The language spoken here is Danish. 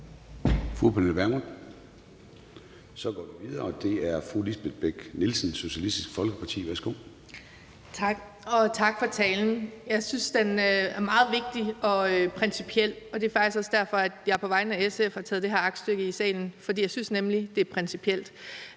(Søren Gade): Vi går videre, og det er fru Lisbeth Bech-Nielsen, Socialistisk Folkeparti. Værsgo. Kl. 12:48 Lisbeth Bech-Nielsen (SF): Tak, og tak for talen. Jeg synes, den er meget vigtig og principiel, og det er faktisk også derfor, at jeg på vegne af SF har taget det her aktstykke i salen. Jeg synes, det er principielt,